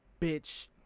bitch